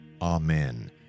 Amen